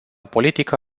politică